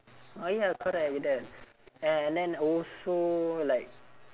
oh ya correct and then also like